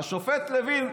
השופט לוין,